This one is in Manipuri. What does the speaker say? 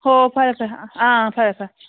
ꯍꯣ ꯐꯔꯦ ꯐꯔꯦ ꯑꯥ ꯐꯔꯦ ꯐꯔꯦ